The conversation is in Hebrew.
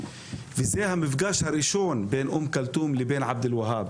וזה המפגש הראשון בין אום כולתום לבין עבד אל ווהאב.